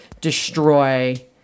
destroy